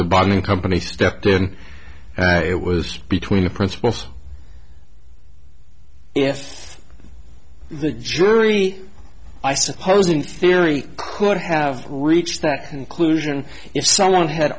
the bombing company stepped in it was between the principals if the jury i suppose in theory could have reached that conclusion if someone had